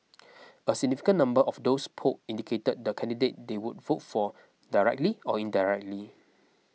a significant number of those polled indicated the candidate they would vote for directly or indirectly